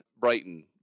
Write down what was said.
Brighton